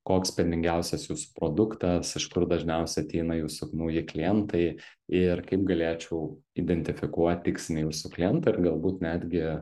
koks pelningiausias jūsų produktas iš kur dažniausiai ateina jūsų nauji klientai ir kaip galėčiau identifikuot tikslinį jūsų klientą ir galbūt netgi